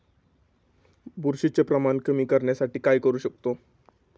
बुरशीचे प्रमाण कमी करण्यासाठी काय करू शकतो?